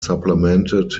supplemented